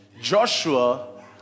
Joshua